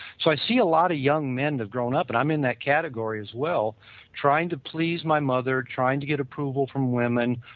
so, i see a lot of young men have grown up and i'm in that category as well trying to please my mother, trying to get approval from women,